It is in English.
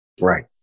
Right